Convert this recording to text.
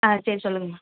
ஆ சரி சொல்லுங்கம்மா